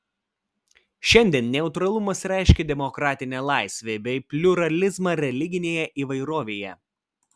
šiandien neutralumas reiškia demokratinę laisvę bei pliuralizmą religinėje įvairovėje